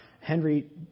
Henry